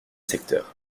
secteur